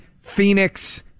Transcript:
phoenix